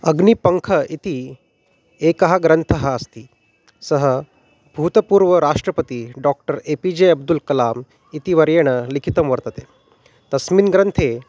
अग्निपङ्ख इति एकः ग्रन्थः अस्ति सः भूतपूर्वराष्ट्रपतिः doctor A P J Abdul Kalam इति वर्येण लिखितं वर्तते तस्मिन् ग्रन्थे